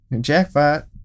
Jackpot